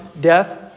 death